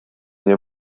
nie